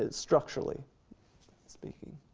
ah structurally speaking.